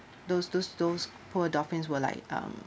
those those those poor dolphins were like um